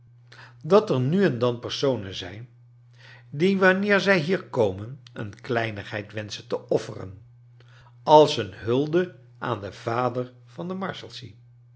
dat er nu en dan personen zijn die wanneer zij hier komen een kleinigheid wenschen te offeren als een hulde aan den vader van de